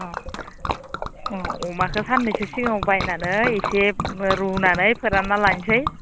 अ अमाखौ सान्नैसो सिगांआव बायनानै इसे रुनानै फोरान्ना लानोसै